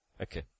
Okay